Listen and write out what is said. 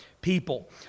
people